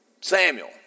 Samuel